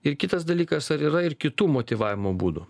ir kitas dalykas ar yra ir kitų motyvavimo būdų